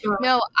No